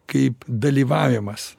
kaip dalyvavimas